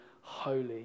holy